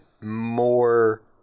more